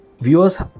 viewers